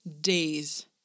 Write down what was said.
days